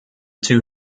two